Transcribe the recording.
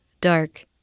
dark